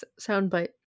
soundbite